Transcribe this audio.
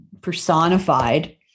personified